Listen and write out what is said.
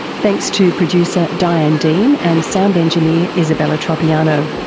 thanks to producer diane dean, and sound engineer isabella tropiano.